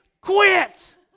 quit